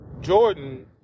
Jordan